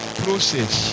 process